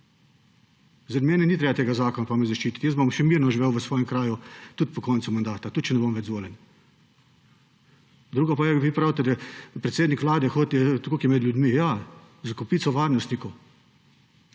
Zaradi mene ni treba tega zakona, da me zaščititi. Jaz bom še mirno živel v svojem kraju tudi po koncu mandata, tudi če ne bom več izvoljen. Drugo pa je, ko vi pravite, da predsednik Vlade hodi tako med ljudmi. Ja, s kopico varnostnikov.